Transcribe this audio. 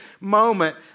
moment